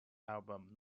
album